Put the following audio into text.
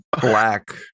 black